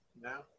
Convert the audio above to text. No